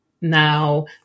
now